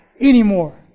anymore